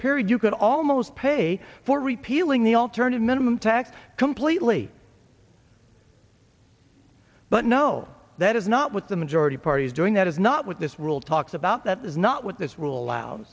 period you could almost pay for repealing the alternative minimum tax completely but no that is not what the majority party is doing that is not what this rule talks about that is not what this rule